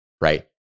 right